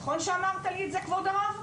נכון שאמרת לי את זה כבוד הרב?